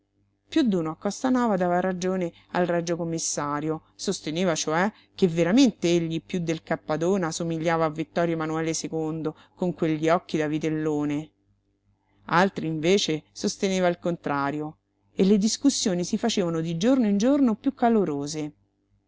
piú d'uno a costanova dava ragione al regio commissario sosteneva cioè che veramente egli piú del cappadona somigliava a ittorio manuele con quegli occhi da vitellone altri invece sosteneva il contrario e le discussioni si facevano di giorno in giorno piú calorose